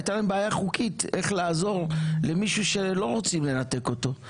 הייתה להם בעיה חוקית איך לעזור למי שלא רוצים לנתק אותו,